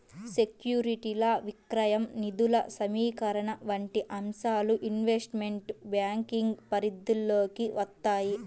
సెక్యూరిటీల విక్రయం, నిధుల సమీకరణ వంటి అంశాలు ఇన్వెస్ట్మెంట్ బ్యాంకింగ్ పరిధిలోకి వత్తాయి